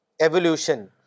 evolution